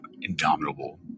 indomitable